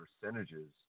percentages